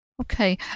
Okay